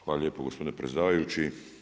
Hvala lijepo gospodine predsjedavajući.